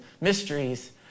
mysteries